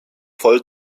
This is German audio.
voll